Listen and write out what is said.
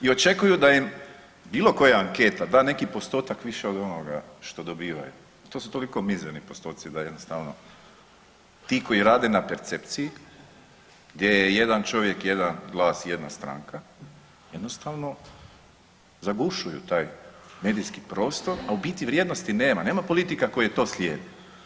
I očekuju da im bilo koja anketa da neki postotak više od onoga što dobivaju, to su toliko mizerni postoci da jednostavno ti koji rade na percepciji, gdje je jedan čovjek, jedan glas, jedna stranka, jednostavno zagušuju taj medijski prostor, a u biti vrijednosti nema, nema politika koje to slijede.